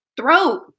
throat